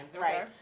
right